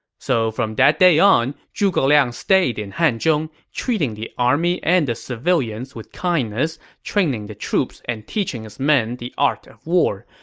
so from that day on, zhuge liang stayed in hanzhong, treating the army and the civilians with kindness, training the troops and teaching his men the art of war.